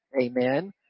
amen